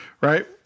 right